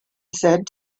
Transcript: said